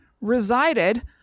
resided